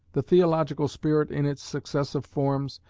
the theological spirit in its successive forms,